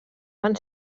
van